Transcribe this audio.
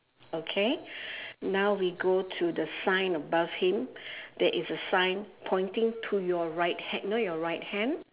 okay now we go to the sign above him there is a sign pointing to your right hand you know your right hand